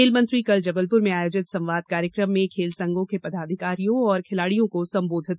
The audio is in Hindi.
खेल मंत्री कल जबलपुर में आयोजित संवाद कार्यक्रम में खेल संघों के पदाधिकारियों और खिलाड़ियों को संबोधित कर रहे थे